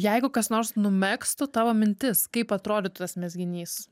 jeigu kas nors numegztų tavo mintis kaip atrodytų tas mezginys